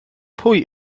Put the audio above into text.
pwy